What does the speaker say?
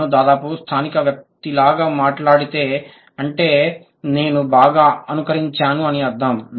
నేను దాదాపు స్థానిక వ్యక్తి లాగా మాట్లాడితే అంటే నేను బాగా అనుకరించాను అని అర్థం